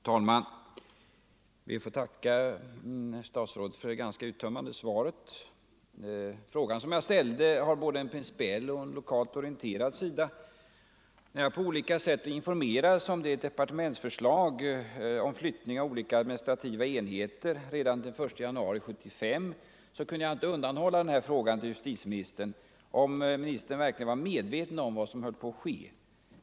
Fru talman! Jag ber att få tacka statsrådet för det ganska uttömmande svaret. Frågan jag ställde har både en principiell och en lokalt orienterad sida. När jag, på olika sätt, informerades om departementsförslaget till flyttning av olika administrativa enheter redan den 1 januari 1975 kunde jag inte undanhålla frågan till justitieministern huruvida han verkligen var medveten om vad som höll på att ske.